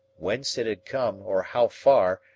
whence it had come, or how far,